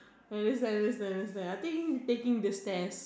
ya that's right that's right that's right I think taking the stairs